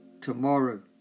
tomorrow